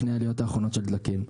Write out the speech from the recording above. לפני העליות האחרונות של הדלקים.